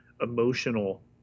emotional